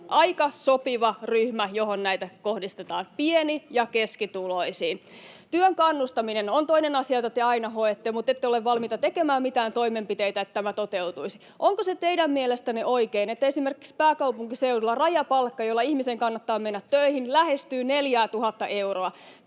aika sopiva ryhmä, johon näitä kohdistetaan: pieni- ja keskituloisiin. Työn kannustaminen on toinen asia, jota te aina hoette, mutta ette ole valmiita tekemään mitään toimenpiteitä, jotta tämä toteutuisi. Onko teidän mielestänne oikein, että esimerkiksi pääkaupunkiseudulla rajapalkka, jolla ihmisen kannattaa mennä töihin, lähestyy 4 000 euroa?